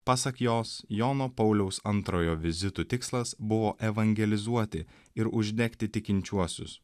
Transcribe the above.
pasak jos jono pauliaus antrojo vizitų tikslas buvo evangelizuoti ir uždegti tikinčiuosius